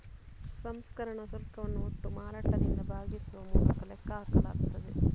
ಸಂಸ್ಕರಣಾ ಶುಲ್ಕವನ್ನು ಒಟ್ಟು ಮಾರಾಟದಿಂದ ಭಾಗಿಸುವ ಮೂಲಕ ಲೆಕ್ಕ ಹಾಕಲಾಗುತ್ತದೆ